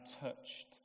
touched